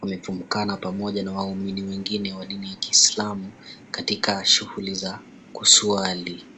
wamefumbukana pamoja na waumini wengine wa dini ya kiislamu katika shughuli za kuswali.